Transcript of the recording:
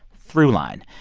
throughline,